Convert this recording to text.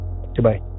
Goodbye